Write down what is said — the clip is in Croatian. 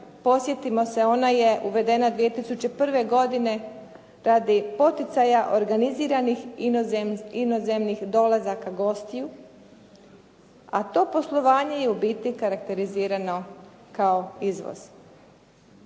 Podsjetimo se, ona je uvedena 2001. godine radi poticaja organiziranih inozemnih dolazaka gostiju, a to poslovanje je ubiti karakterizirano kao izvoz.